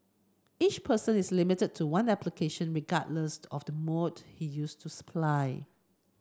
each person is limited to one application regardless of the mode he used to supply